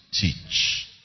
teach